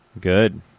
Good